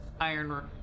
iron